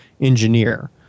engineer